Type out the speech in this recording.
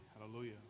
Hallelujah